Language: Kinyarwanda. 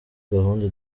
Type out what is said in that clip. gahunda